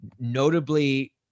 notably